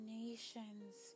nations